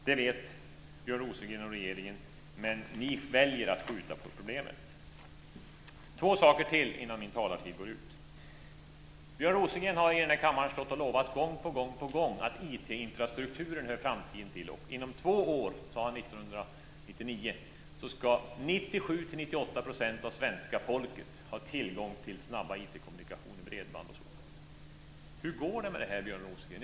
Det vet Björn Rosengren och regeringen, men de väljer att skjuta på problemet. Jag vill ta upp två saker till innan min talartid går ut. Björn Rosengren har i den här kammaren stått och lovat gång på gång att IT-infrastrukturen hör framtiden till, och inom två år, sade han 1999, ska 97-98 % av svenska folket ha tillgång till snabb IT kommunikation, t.ex. bredband. Hur går det med det, Björn Rosengren?